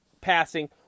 passing